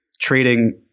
trading